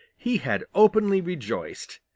he had openly rejoiced.